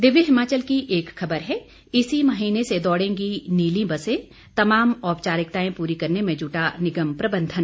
दिव्य हिमाचल की एक खबर है इसी महीने से दौड़ेंगी निली बसें तमाम औपचारिकताएं पूरी करने में जुटा निगम प्रबंधन